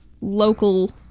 local